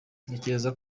ntekereza